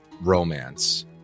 romance